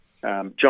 John